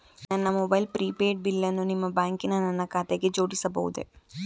ನನ್ನ mobile prepaid ಬಿಲ್ಲನ್ನು ನಿಮ್ಮ ಬ್ಯಾಂಕಿನ ನನ್ನ ಖಾತೆಗೆ ಜೋಡಿಸಬಹುದೇ?